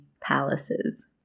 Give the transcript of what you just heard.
palaces